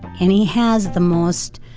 and he has the most